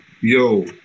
yo